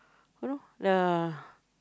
how long the